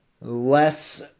less